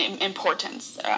importance